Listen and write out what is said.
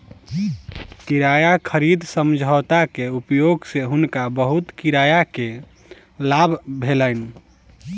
किराया खरीद समझौता के उपयोग सँ हुनका बहुत किराया के लाभ भेलैन